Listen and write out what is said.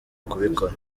kubikora